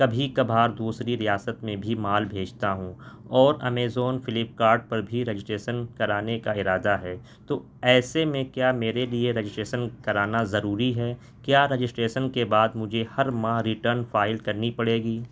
کبھی کبھار دوسری ریاست میں بھی مال بھیجتا ہوں اور امیزون فلپ کارٹ پر بھی رجسٹریشن کرانے کا ارادہ ہے تو ایسے میں کیا میرے لیے رجسٹریشن کرانا ضروری ہے کیا رجسٹریشن کے بعد مجھے ہر ماہ ریٹرن فائل کرنی پڑے گی